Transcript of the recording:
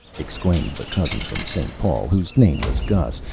exclaimed the cousin from st. paul, whose name was gus,